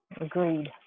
Agreed